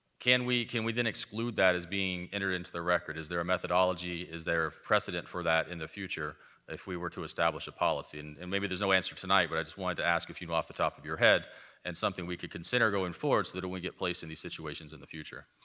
can we can we then exclude that as being entered into the record? is there a methodology, is there precedent for that in the future if we were to establish a policy, and and maybe there's no answer tonight, but i just wanted to ask if you know off the top of your head and something we can consider going forward so we don't get placed in these situations in the future.